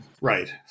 Right